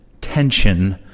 tension